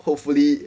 hopefully